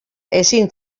ezin